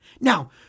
Now